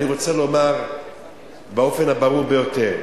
אני רוצה לומר באופן הברור ביותר,